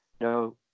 No